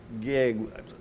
gig